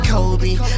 Kobe